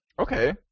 Okay